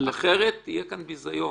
אחרת יהיה כאן ביזיון.